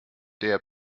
der